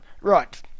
Right